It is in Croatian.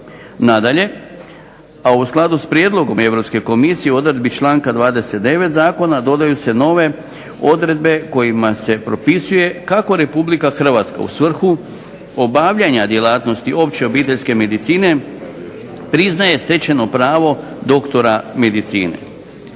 dodaju se članci 4. i 5. U odredbi članka 29. Zakona dodaju se nove odredbe koje se propisuju kako Republika Hrvatska u svrhu obavljanja djelatnosti opće obiteljske medicine priznaje stečeno pravo doktoru medicine